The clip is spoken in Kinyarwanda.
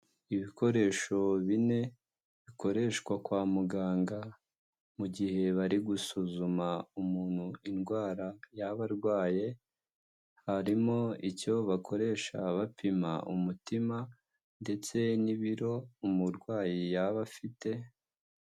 Ibikoresho bine bikoreshwa kwa muganga mu gihe bari gusuzuma umuntu indwara yaba arwaye, harimo icyo bakoresha bapima umutima ndetse n'ibiro umurwayi yaba afite.